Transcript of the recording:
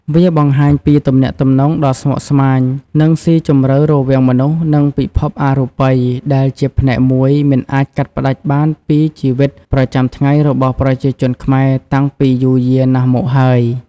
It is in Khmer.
វាបង្ហាញពីទំនាក់ទំនងដ៏ស្មុគស្មាញ និងស៊ីជម្រៅរវាងមនុស្ស និងពិភពអរូបិយ ដែលជាផ្នែកមួយមិនអាចកាត់ផ្ដាច់បានពីជីវិតប្រចាំថ្ងៃរបស់ប្រជាជនខ្មែរតាំងពីយូរយារណាស់មកហើយ។